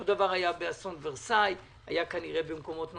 אותו דבר היה באסון ורסאי והיה כנראה גם במקומות נוספים,